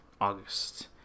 August